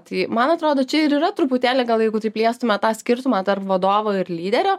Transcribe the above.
tai man atrodo čia ir yra truputėlį gal jeigu taip liestume tą skirtumą tarp vadovo ir lyderio